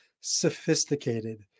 sophisticated